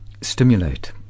stimulate